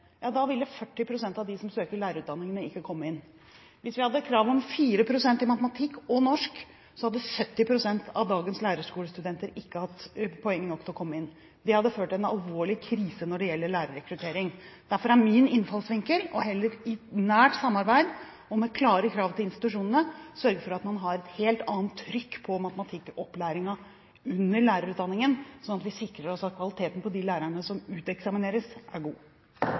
da ville 40 pst. av dem som søker på lærerutdanningene, ikke kommet inn. Hvis vi hadde krav om 4 i matematikk og norsk, ville 70 pst. av dagens lærerskolestudenter ikke hatt poeng nok til å komme inn. Det hadde ført til en alvorlig krise når det gjelder lærerrekruttering. Derfor er min innfallsvinkel heller i nært samarbeid og med klare krav til institusjonene å sørge for at man har et helt annet trykk på matematikkopplæringen under lærerutdanningen, sånn at vi sikrer oss at kvaliteten på de lærerne som uteksamineres, er god.